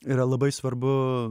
yra labai svarbu